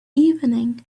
evening